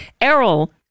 Errol